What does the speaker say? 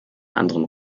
anderen